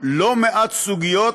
לא מעט סוגיות